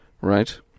Right